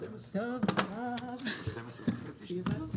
הישיבה ננעלה בשעה